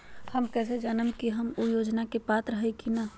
हम कैसे जानब की हम ऊ योजना के पात्र हई की न?